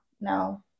No